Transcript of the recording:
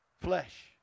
Flesh